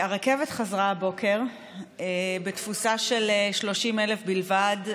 הרכבת חזרה הבוקר בתפוסה של 30,000 בלבד,